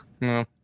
No